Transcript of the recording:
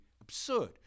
absurd